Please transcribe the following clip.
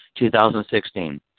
2016